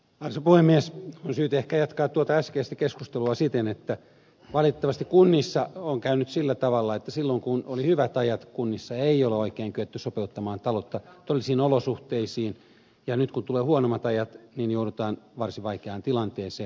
on syytä ehkä jatkaa tuota äskeistä keskustelua siten että valitettavasti kunnissa on käynyt sillä tavalla että silloin kun oli hyvät ajat kunnissa ei oikein kyetty sopeuttamaan taloutta todellisiin olosuhteisiin ja nyt kun tulee huonommat ajat niin joudutaan varsin vaikeaan tilanteeseen